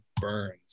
Burns